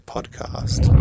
Podcast